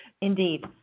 Indeed